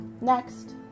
Next